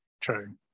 true